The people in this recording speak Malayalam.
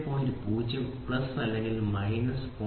0 പ്ലസ് അല്ലെങ്കിൽ മൈനസ് 0